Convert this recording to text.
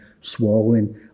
swallowing